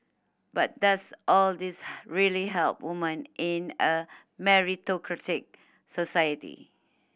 but does all this really help woman in a meritocratic society